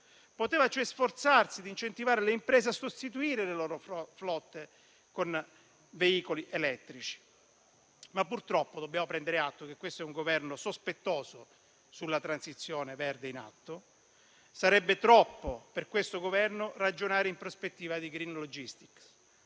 Poteva, cioè, sforzarsi di incentivare le imprese a sostituire le loro flotte con veicoli elettrici. Purtroppo, dobbiamo prendere atto che questo è un Governo sospettoso sulla transizione verde in atto. Sarebbe troppo, per questo Governo ragionare, in prospettiva di *green logistic*.